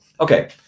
Okay